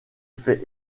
fait